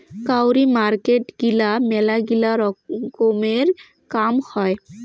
কাউরি মার্কেট গিলা মেলাগিলা রকমের কাম হই